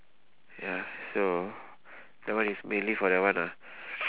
ya so that one is mainly for that one ah